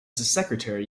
secretary